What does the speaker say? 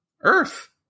earth